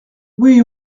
oui